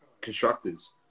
constructors